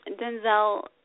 Denzel